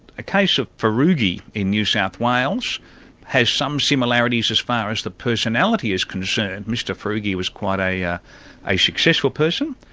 a case of farugi in new south wales has some similarities as far as the personality is concerned. mr farugi was quite a ah a successful person,